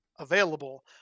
available